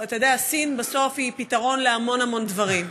אתה יודע, סין בסוף היא פתרון להמון המון דברים.